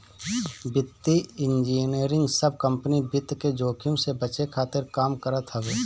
वित्तीय इंजनियरिंग सब कंपनी वित्त के जोखिम से बचे खातिर काम करत हवे